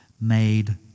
made